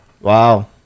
Wow